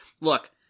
Look